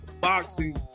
boxing